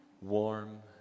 warm